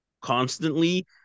constantly